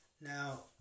Now